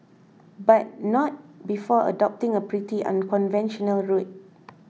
but not before adopting a pretty unconventional route